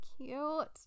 cute